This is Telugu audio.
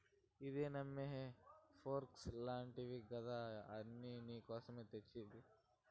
ఇదే నమ్మా హే ఫోర్క్ అంటివి గదా అది నీకోసమే తెస్తిని